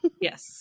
yes